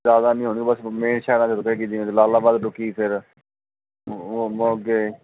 ਜ਼ਿਆਦਾ ਨਹੀਂ ਰੁੱਕਦੀ ਬਸ ਮੇਨ ਸ਼ਹਿਰਾਂ 'ਚ ਰੁਕੇਗੀ ਜਿਵੇਂ ਜਲਾਲਾਬਾਦ ਰੁਕੀ ਫੇਰ ਉਹ ਉਹ ਅੱਗੇ